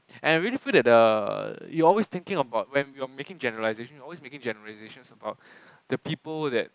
and I really feel that the it's always thinking bout when we are making generalisation we are always making generalisations about the people that